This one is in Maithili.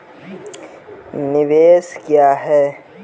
निवेश क्या है?